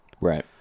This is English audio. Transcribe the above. Right